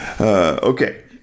Okay